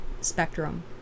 spectrum